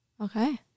Okay